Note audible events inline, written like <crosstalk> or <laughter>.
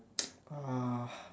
<noise> uh